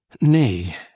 Nay